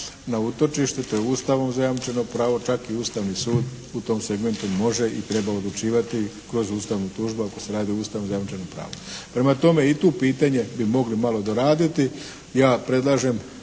na utočište, to je Ustavom zajamčeno pravo, čak i Ustavni sud u tom segmentu može i treba odlučivati kroz ustavnu tužbu ako se radi o Ustavom zajamčenom pravu. Prema tome, i tu pitanje bi mogli malo doraditi.